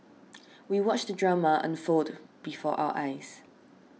we watched the drama unfold before our eyes